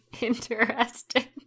interesting